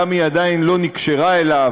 גם אם היא עדיין לא נקשרה אליו,